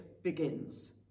begins